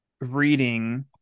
reading